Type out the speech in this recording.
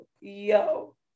yo